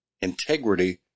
integrity